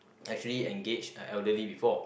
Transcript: actually engaged a elderly before